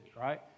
right